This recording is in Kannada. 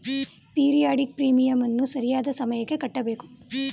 ಪೀರಿಯಾಡಿಕ್ ಪ್ರೀಮಿಯಂನ್ನು ಸರಿಯಾದ ಸಮಯಕ್ಕೆ ಕಟ್ಟಬೇಕು